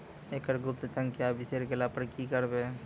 एकरऽ गुप्त संख्या बिसैर गेला पर की करवै?